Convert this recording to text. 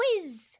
Quiz